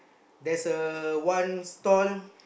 there's a one stall